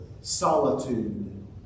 solitude